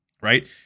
right